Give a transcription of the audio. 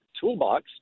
toolbox